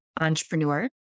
entrepreneur